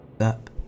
up